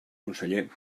conseller